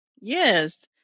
Yes